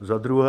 Za druhé